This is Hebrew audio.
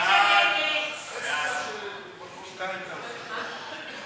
ההסתייגות (7) של קבוצת סיעת המחנה הציוני